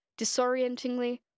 disorientingly